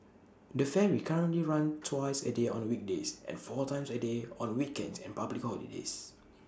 the ferry currently runs twice A day on weekdays and four times A day on weekends and public holidays